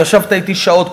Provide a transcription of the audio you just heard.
ישבת אתי שעות,